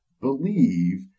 believe